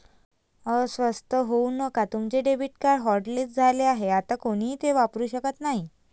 अस्वस्थ होऊ नका तुमचे डेबिट कार्ड हॉटलिस्ट झाले आहे आता कोणीही ते वापरू शकत नाही